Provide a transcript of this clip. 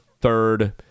third